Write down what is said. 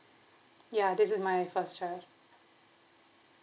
ya this is my first child